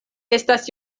estas